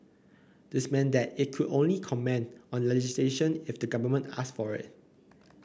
this meant that it could only comment on legislation if the government asked for it